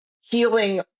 healing